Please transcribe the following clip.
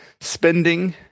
spending